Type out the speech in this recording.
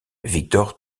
victor